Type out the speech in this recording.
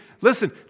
Listen